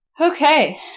okay